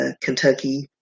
Kentucky